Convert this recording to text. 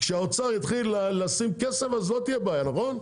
כשהאוצר יתחיל לשים כסף, לא תהיה בעיה, נכון?